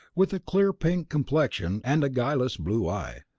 with a clear pink complexion and a guileless blue eye.